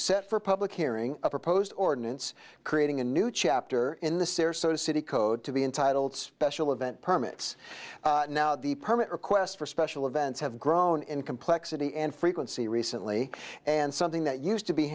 set for public hearing a proposed ordinance creating a new chapter in the sarasota city code to be entitled special event permits now the permit requests for special events have grown in complexity and frequency recently and something that used to be